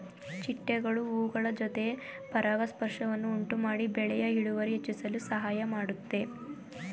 ಚಿಟ್ಟೆಗಳು ಹೂಗಳ ಜೊತೆ ಪರಾಗಸ್ಪರ್ಶವನ್ನು ಉಂಟುಮಾಡಿ ಬೆಳೆಯ ಇಳುವರಿ ಹೆಚ್ಚಿಸಲು ಸಹಾಯ ಮಾಡುತ್ತೆ